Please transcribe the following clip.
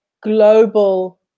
global